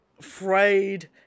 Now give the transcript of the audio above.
frayed